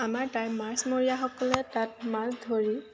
আমাৰ তাৰে মাছমৰীয়াসকলে তাত মাছ ধৰি